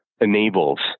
enables